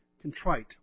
contrite